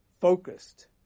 focused